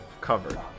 covered